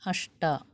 अष्ट